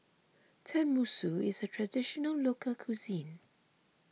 Tenmusu is a Traditional Local Cuisine